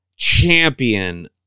Champion